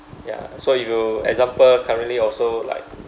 ya so if you example currently also like